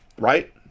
right